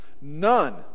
None